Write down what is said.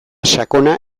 sakona